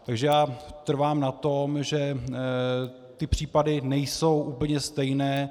Takže já trvám na tom, že ty případy nejsou úplně stejné.